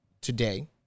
today